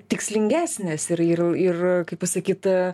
tikslingesnės ir ir ir kaip pasakyt